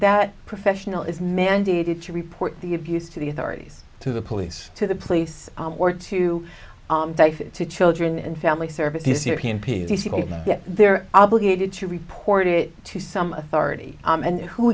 that professional is mandated to report the abuse to the authorities to the police to the police or to to children and family services european p c c yet they're obligated to report it to some authority and who